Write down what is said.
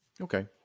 Okay